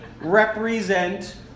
represent